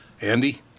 Andy